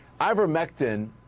Ivermectin